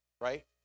right